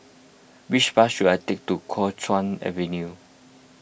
which bus should I take to Kuo Chuan Avenue